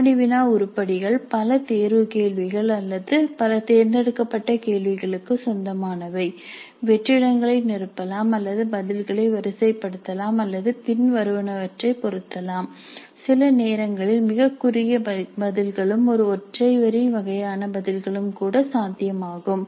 வினாடி வினா உருப்படிகள் பல தேர்வு கேள்விகள் அல்லது பல தேர்ந்தெடுக்கப்பட்ட கேள்விகளுக்கு சொந்தமானவை வெற்றிடங்களை நிரப்பலாம் அல்லது பதில்களை வரிசைப்படுத்தலாம் அல்லது பின்வருவனவற்றை பொருத்தலாம் சில நேரங்களில் மிகக் குறுகிய பதில்களும் ஒரு ஒற்றை வரி வகையான பதில்களும் கூட சாத்தியமாகும்